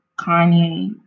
kanye